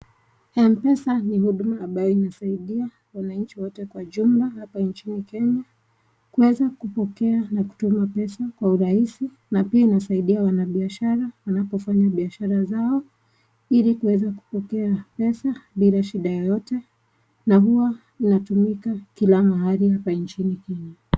M-Pesa ni huduma ambayo inasaidia wananchi wote kwa jumla hapa nchini Kenya; kuweza kupokea na kutuma pesa kwa urahisi. Na pia inasaidia wanabiashara wanapofanya biashara zao ili kuweza kupokea pesa bila shida yoyote. Na huwa inatumika kila mahali hapa nchini Kenya.